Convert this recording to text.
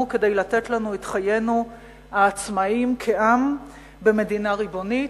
כדי לתת לנו את חיינו העצמאיים כעם במדינה ריבונית,